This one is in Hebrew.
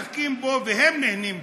והם נהנים ממנו.